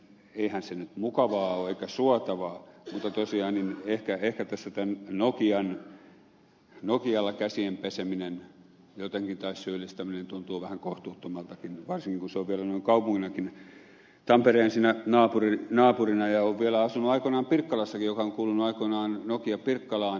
eihän se nyt mukavaa ole eikä suotavaa mutta tosiaan ehkä tässä nokialla käsien peseminen jotenkin tai syyllistäminen tuntuu vähän kohtuuttomaltakin varsinkin kun se on vielä noin kaupunkinakin tampereen naapurina ja olen vielä asunut aikoinani pirkkalassakin joka on kuulunut aikoinaan nokiapirkkalaan